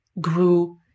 grew